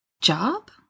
job